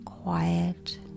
Quiet